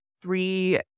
three